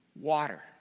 water